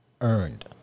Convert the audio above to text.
earned